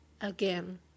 again